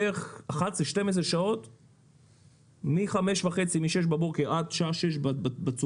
אחרי עבודה משש בבוקר עד שש בערב